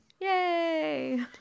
Yay